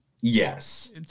Yes